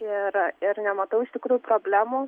ir ir nematau iš tikrųjų problemų